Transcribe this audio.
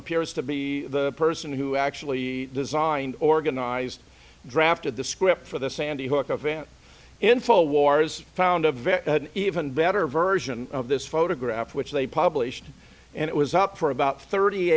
appears to be the person who actually designed organized draft of the script for the sandy hook a vent info wars found a very even better version of this photograph they published and it was up for about thirty